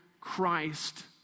Christ